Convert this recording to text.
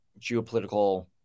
geopolitical